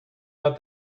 out